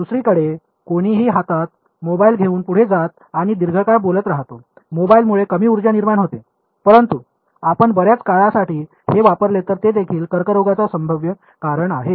दुसरीकडे कोणीतरी हातात मोबाइल घेऊन पुढे जात आणि दीर्घकाळ बोलत राहतो मोबाईलमुळे कमी उर्जा निर्माण होते परंतु आपण बर्याच काळासाठी हे वापरले तर ते देखील कर्करोगाचा संभाव्य कारण आहे